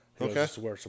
Okay